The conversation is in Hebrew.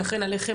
ולכן עליכם,